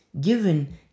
given